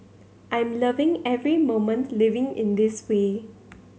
I'm loving every moment living in this way